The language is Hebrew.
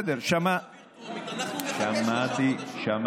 בסדר, שמעתי, לחוקק שלושה חודשים.